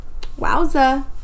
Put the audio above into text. Wowza